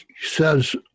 says